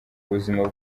ubuzima